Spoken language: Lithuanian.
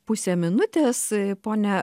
pusę minutės ponia